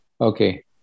Okay